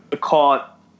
caught